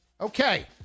Okay